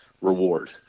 reward